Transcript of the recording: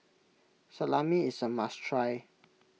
Salami is a must try